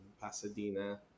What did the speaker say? pasadena